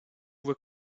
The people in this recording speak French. voit